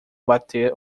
bater